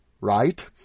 right